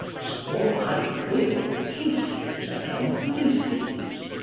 swore i would live on kisses and on blisses,